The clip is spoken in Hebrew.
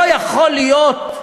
לא יכול להיות,